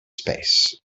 space